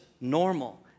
normal